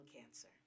cancer